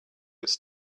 it’s